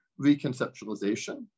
reconceptualization